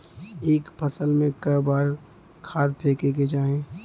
एक फसल में क बार खाद फेके के चाही?